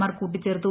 R കൂട്ടിച്ചേർത്തു